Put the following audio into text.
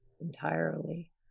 entirely